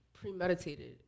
premeditated